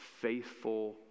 faithful